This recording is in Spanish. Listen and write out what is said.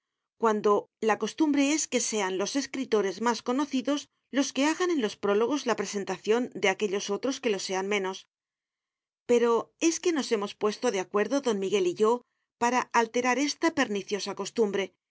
cuando la costumbre es que sean los escritores más conocidos los que hagan en los prólogos la presentación de aquellos otros que lo sean menos pero es que nos hemos puesto de acuerdo don miguel y yo para alterar esta perniciosa costumbre